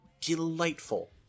Delightful